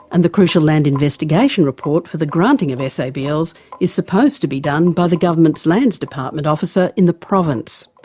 and the crucial land investigation report for the granting of sabls is supposed to be done by the government's lands department officer in the province.